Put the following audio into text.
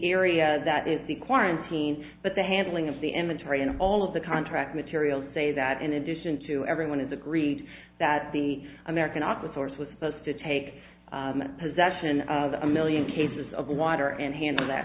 area that is the quarantine but the handling of the inventory and all of the contract materials say that in addition to everyone is agreed that the american aqua source was supposed to take possession of a million cases of water and handle that